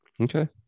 Okay